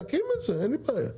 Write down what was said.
תקים את זה אין לי בעיה,